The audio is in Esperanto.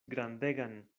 grandegan